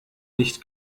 nicht